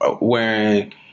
wearing